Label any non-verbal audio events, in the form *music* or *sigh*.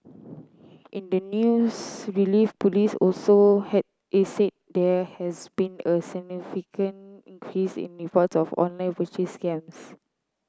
in the news release police also *unintelligible* said there has been a significant increase in report of online purchase scams